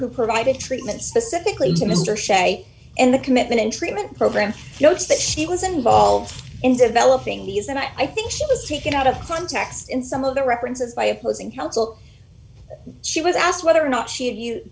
who provided treatment specifically to mr sze and the commitment in treatment program notes that she was involved in developing these and i think she was taken out of context in some of the references by opposing counsel she was asked whether or not she